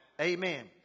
amen